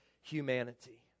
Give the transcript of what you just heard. humanity